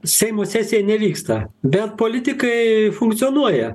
seimo sesija nevyksta bet politikai funkcionuoja